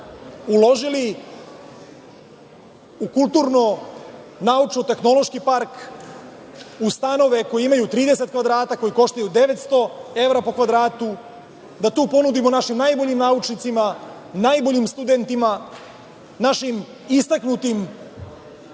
uložili u kulturno, naučno- tehnološki park, u stanove koji imaju 30 kvadrata koji koštaju 900 evra po kvadratu, da to ponudimo našim najboljim naučnicima, najboljim studentima, našim istaknutim